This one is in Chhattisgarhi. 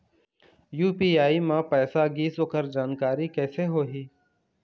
यू.पी.आई म पैसा गिस ओकर जानकारी कइसे होही?